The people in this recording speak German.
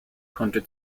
konnte